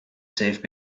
save